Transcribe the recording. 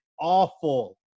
awful